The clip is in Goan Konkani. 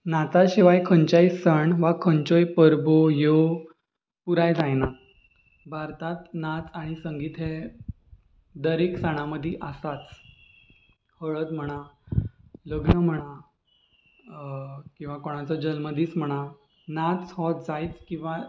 नाचा शिवाय खंयच्याय सण वा खंयच्योय परबो ह्यो पुराय जायना भारतांत नाच आनी संगीत हे दरेक सणां मदीं आसाच हळद म्हणा लग्न म्हणा किंवां कोणाचो जल्मदीस म्हणा नाच हो जायच किंवां